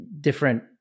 different